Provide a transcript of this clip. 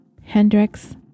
Hendrix